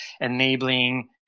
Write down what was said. enabling